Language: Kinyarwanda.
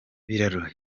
biraro